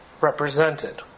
represented